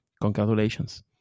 Congratulations